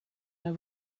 have